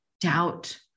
doubt